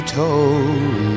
told